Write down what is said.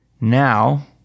Now